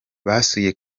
basuye